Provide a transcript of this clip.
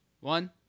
one